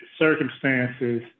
circumstances